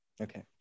Okay